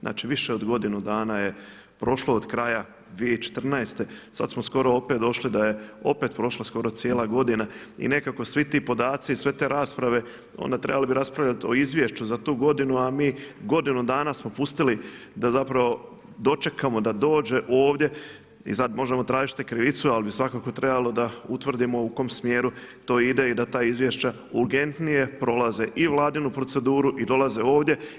Znači više od godinu dana je prošlo od kraja 2014., sad smo skoro opet došli da je opet prošla skoro cijela godina i nekako svi ti podaci i sve te rasprave, onda trebali bi raspravljat o izvješću za tu godinu a mi godinu danas smo pustili da zapravo dočekamo da dođe ovdje i sad možemo tražiti krivicu ali bi svakako trebalo da utvrdimo u kom smjeru to ide i da ta izvješća urgentnije prolaze i vladinu proceduru i dolaze ovdje.